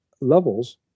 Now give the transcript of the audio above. levels